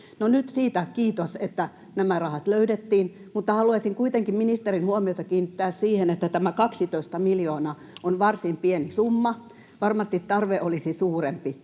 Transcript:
nyt siitä kiitos, että nämä rahat löydettiin, mutta haluaisin kuitenkin ministerin huomiota kiinnittää siihen, että tämä 12 miljoonaa on varsin pieni summa. Varmasti tarve olisi suurempi,